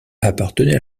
appartenait